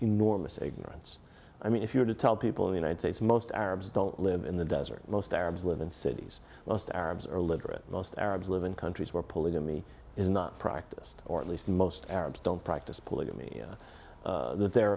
enormous ignorance i mean if you were to tell people in the united states most arabs don't live in the desert most arabs live in cities most arabs are literate most arabs live in countries where polygamy is not practiced or at least most arabs don't practice polygamy but there